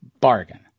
Bargain